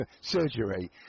surgery